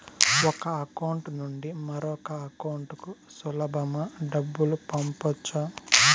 ఒక అకౌంట్ నుండి మరొక అకౌంట్ కు సులభమా డబ్బులు పంపొచ్చా